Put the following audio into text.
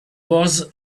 was